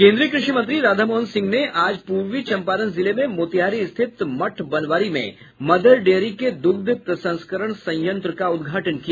केंद्रीय कृषि मंत्री राधामोहन सिंह ने आज पूर्वी चंपारण जिले में मोतिहारी स्थित मठ बनवारी में मदर डेयरी के द्ग्ध प्रसंस्करण संयंत्र का उद्घाटन किया